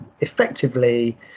effectively